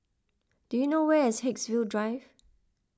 do you know where is Haigsville Drive